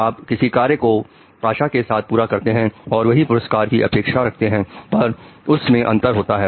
आप किसी कार्य को आशा के साथ पूरा करते हैं और वही पुरस्कार की अपेक्षा रखते हैं पर उस में अंतर होता है